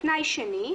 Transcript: התנאי השני,